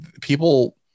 people